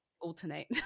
alternate